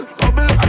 bubble